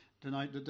tonight